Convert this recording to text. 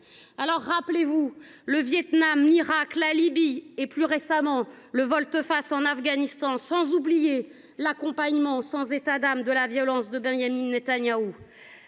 Rappelez vous le Vietnam, l’Irak, la Libye, et, plus récemment, la volte face en Afghanistan, sans oublier l’accompagnement, sans état d’âme, de la violence de Benyamin Netanyahou.